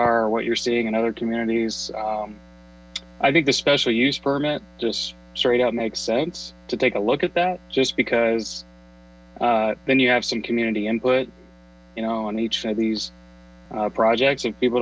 are what you're seeing in other communities i think te special use permit just straight out makes sense to take a look at that just because then you have some community input you know on each of these projects and people